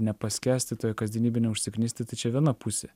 nepaskęsti toje kasdienybėje užsiknisti tai čia viena pusė